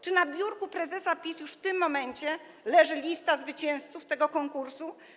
Czy na biurku prezesa PiS leży już w tym momencie lista zwycięzców tego konkursu?